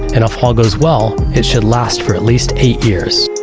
and if all goes well, it should last for at least eight years.